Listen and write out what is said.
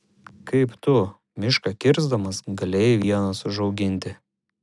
kaip tu mišką kirsdamas galėjai vienas užauginti